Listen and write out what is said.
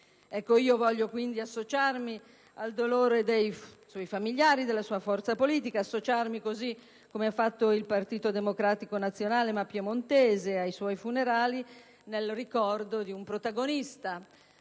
spalle. Voglio quindi associarmi al dolore dei suoi familiari e della sua forza politica; associarmi - così come ha fatto il Partito Democratico nazionale e piemontese ai suoi funerali - nel ricordo di un protagonista